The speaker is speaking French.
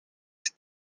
cet